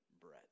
bread